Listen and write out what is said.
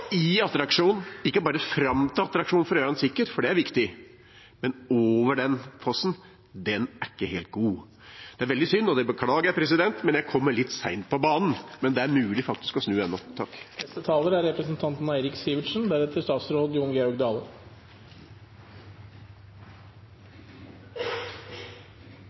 Vøringsfossen er ikke helt god, etter min mening. En 40 meter lang bru i attraksjonen – ikke bare fram til attraksjonen for å gjøre den sikker, for det er viktig, men over fossen – er ikke helt god. Det er veldig synd, og det beklager jeg. Jeg kommer litt sent på banen, men det er faktisk ennå mulig å snu. Det er